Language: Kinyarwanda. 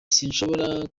sinshobora